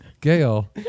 Gail